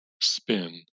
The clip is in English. spin